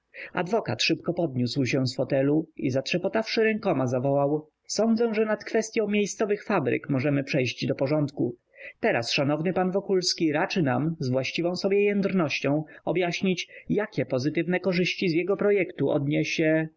adwokat szybko podniósł się z fotelu i zatrzepotawszy rękoma zawołał sądzę że nad kwestyą miejscowych fabryk możemy przejść do porządku teraz szanowny pan wokulski raczy nam z właściwą mu jędrnością objaśnić jakie pozytywne korzyści z jego projektu odniesie